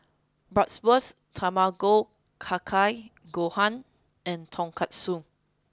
Bratwurst Tamago Kake Gohan and Tonkatsu